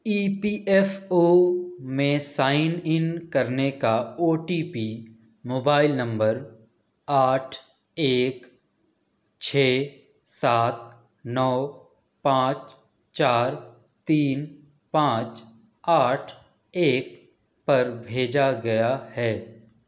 ای P F O میں sign in کرنے کا O T P mobile number آٹھ ایک چھ سات نو پانچ چار تین پانچ آٹھ ایک پر بھیجا گیا ہے